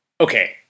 Okay